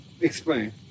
Explain